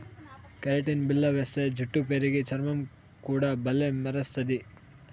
keratin బిల్ల వేస్తే జుట్టు పెరిగి, చర్మం కూడా బల్లే మెరస్తది